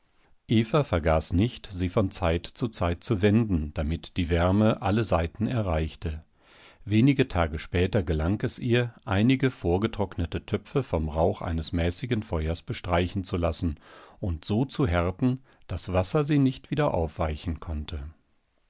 vergaß nicht sie von zeit zu zeit zu wenden damit die wärme alle seiten erreichte wenige tage später gelang es ihr einige vorgetrocknete töpfe vom rauch eines mäßigen feuers bestreichen zu lassen und so zu härten daß wasser sie nicht wieder aufweichen konnte